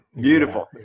Beautiful